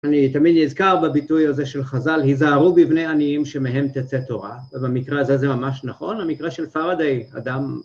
אני תמיד נזכר בביטוי הזה של חז"ל, היזהרו בבני עניים שמהם תצא תורה. במקרה הזה זה ממש נכון, במקרה של פרדיי אדם...